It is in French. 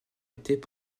étaient